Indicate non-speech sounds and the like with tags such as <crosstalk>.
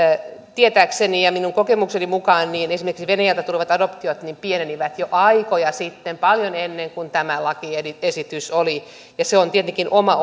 tietääkseni ja minun kokemukseni mukaan esimerkiksi venäjältä tulevat adoptiot pienenivät jo aikoja sitten paljon ennen kuin tämä lakiesitys oli ja se on tietenkin oma <unintelligible>